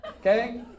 okay